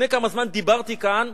לפני כמה זמן דיברתי כאן